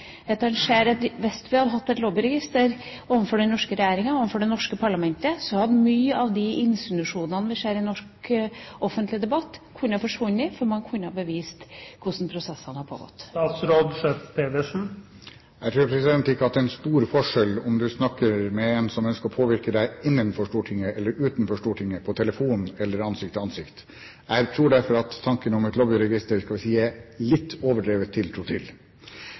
at han ser at hvis vi hadde hatt et lobbyregister overfor den norske regjeringa og overfor det norske parlamentet, hadde mange av de insinuasjonene vi ser i norsk offentlig debatt, kunnet forsvinne, for man kunne ha bevist hvordan prosessen hadde pågått. Jeg tror ikke at det er en stor forskjell om du snakker med en som ønsker å påvirke deg innenfor Stortinget eller utenfor Stortinget, på telefon eller ansikt til ansikt. Jeg tror derfor at tanken om et lobbyregister har man – skal vi si – en litt overdrevet tiltro til.